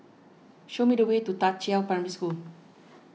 show me the way to Da Qiao Primary School